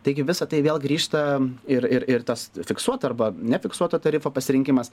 taigi visa tai vėl grįžta ir ir ir tas fiksuoto arba nefiksuoto tarifo pasirinkimas